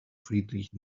friedrich